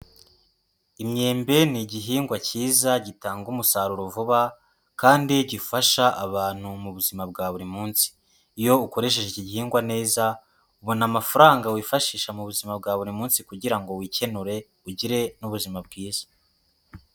Imyembe ni igihingwa kiza gitanga umusaruro vuba, kandi gifasha abantu mu buzima bwa buri munsi, iyo ukoresheje iki gihingwa neza, ubona amafaranga wifashisha mu buzima bwa buri munsi, kugira ngo wikenure ugire n'ubuzima bwiza.